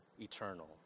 eternal